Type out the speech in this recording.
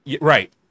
Right